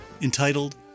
entitled